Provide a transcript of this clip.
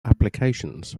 applications